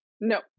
No